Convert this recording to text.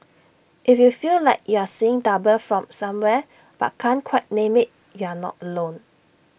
if you feel like you're seeing double from somewhere but can't quite name IT you're not alone